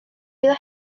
iddo